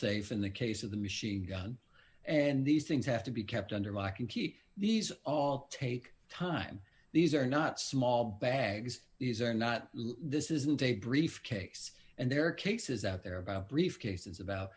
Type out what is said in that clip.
safe in the case of the machine gun and these things have to be kept under lock and key these all take time these are not small bags these are not this isn't a briefcase and there are cases out there about briefcases about